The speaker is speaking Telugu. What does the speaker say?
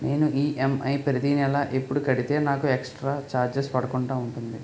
నేను ఈ.ఎం.ఐ ప్రతి నెల ఎపుడు కడితే నాకు ఎక్స్ స్త్ర చార్జెస్ పడకుండా ఉంటుంది?